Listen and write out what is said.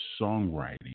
songwriting